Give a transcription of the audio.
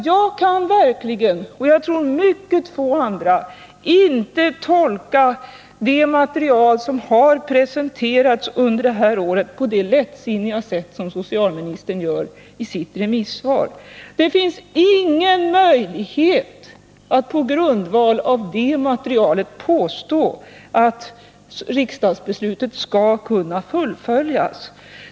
Jag kan inte tolka det material som har presenterats under det här året på det lättsinniga sätt som socialministern gör i sitt interpellationssvar, och det tror jag inte heller att så många andra kan göra. Det finns ingen möjlighet att på grundval av det materialet påstå att riksdagsbeslutet skall kunna fullföljas.